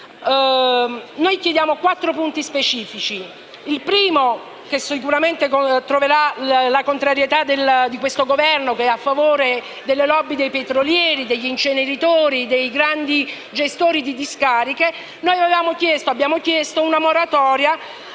Chiediamo quattro impegni specifici. Con il primo - che sicuramente troverà la contrarietà di questo Governo, che è a favore delle *lobby* dei petrolieri, degli inceneritori e dei grandi gestori di discariche - abbiamo chiesto una moratoria